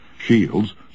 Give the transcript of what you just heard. Shields